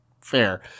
Fair